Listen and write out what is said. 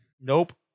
nope